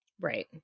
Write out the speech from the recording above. Right